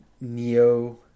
Neo